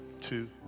two